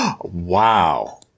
wow